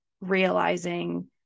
realizing